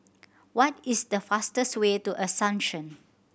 what is the fastest way to Asuncion